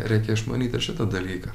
reikia išmanyt ir šitą dalyką